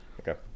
Okay